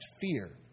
fear